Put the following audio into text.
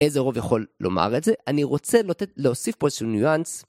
איזה רוב יכול לומר את זה, אני רוצה להוסיף פה איזשהו ניואנס